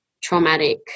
traumatic